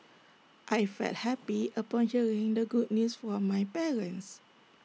I felt happy upon hearing the good news from my parents